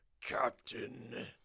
Captain